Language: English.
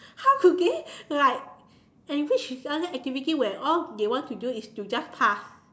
how to get right and in which they want to do an activity where all they want to do is to just pass